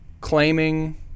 claiming